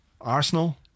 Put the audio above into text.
Arsenal